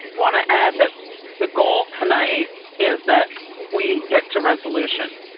want to add that the goal tonight is that we get to resolution.